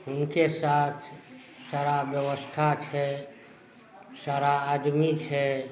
हुनके साथ सारा ब्यवस्था छै सारा आदमी छै